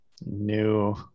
new